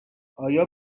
آیا